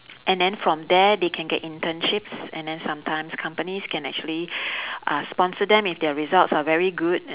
and then from there they can get internships and then sometimes companies can actually uh sponsor them if their results are very good